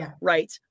Right